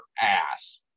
ass